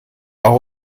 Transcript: auch